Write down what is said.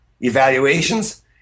evaluations